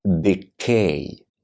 decay